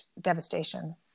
devastation